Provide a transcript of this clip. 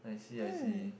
I see I see